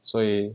所以